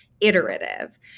iterative